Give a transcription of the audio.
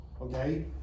okay